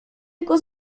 jego